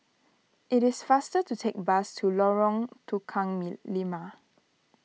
it is faster to take the bus to Lorong Tukang Lima